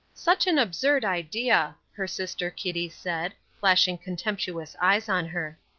such an absurd idea! her sister kitty said, flashing contemptuous eyes on her.